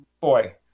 Boy